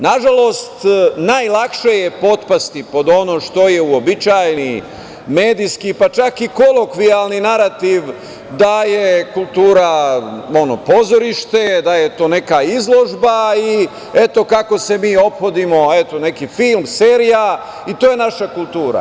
Nažalost, najlakše je potpasti pod ono što je uobičajeni medijski, pa čak i kolokvijalni narativ da je kultura pozorište, da je to neka izložba, i eto, kako se mi ophodimo, eto, neki film, serija, i to je naša kultura.